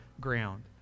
ground